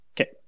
Okay